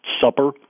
Supper